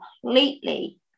completely